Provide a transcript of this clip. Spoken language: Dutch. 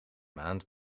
maand